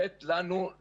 פשוט קיבלנו תשובה של לא,